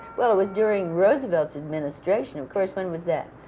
well, it was during roosevelt's administration, of course. when was that?